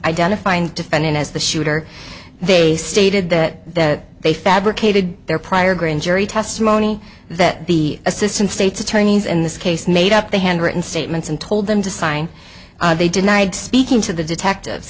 identifying defendant as the shooter they stated that they fabricated their prior grand jury testimony that the assistant state's attorneys in this case made up the handwritten statements and told them to sign they denied speaking to the detectives